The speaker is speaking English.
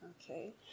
okay